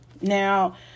Now